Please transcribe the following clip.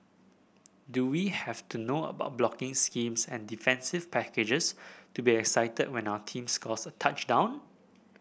do we have to know about blocking schemes and defensive packages to be excited when our team scores a touchdown